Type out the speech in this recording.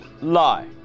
lie